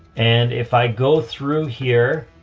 and if i go through here,